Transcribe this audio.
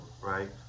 right